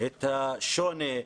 את השוני.